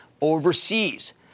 overseas